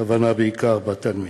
הכוונה, בעיקר בתלמידים.